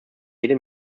jede